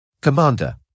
Commander